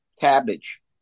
cabbage